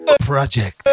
Project